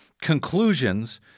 conclusions